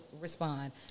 respond